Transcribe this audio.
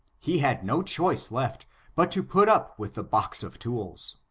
he had no choice left but to put up with the box of tools.